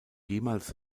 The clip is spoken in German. jemals